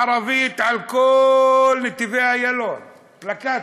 ערבית על כל נתיבי-איילון, פלקטים,